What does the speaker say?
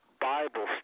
Bible